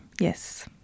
Yes